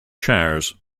shares